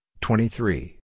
twenty-three